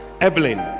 Evelyn